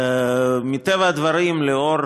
מטבע הדברים, לנוכח